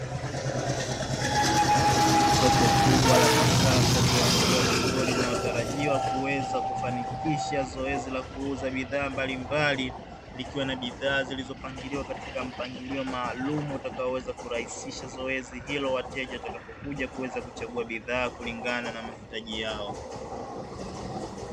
Soko kubwa la kisasa lililoandaliwa vizuri na kutarajiwa kuweza kufanikisha zoezi la kuuza bidhaa mbalimbali, likiwa na bidhaa zilizopangiliwa katika mpangilio maalumu utakaoweza kurahisisha zoezi hilo pale wateja watakapokuja kuchagua bidhaa kulingana na mahitaji yao.